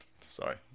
Sorry